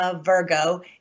Virgo